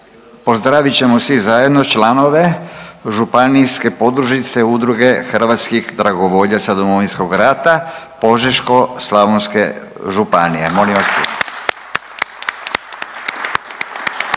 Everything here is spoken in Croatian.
Pozdravit ćemo svi zajedno članove Županijske podružnice Udruge hrvatskih dragovoljaca Domovinskog rata Požeško-slavonske županije, molim vas